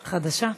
חדשה?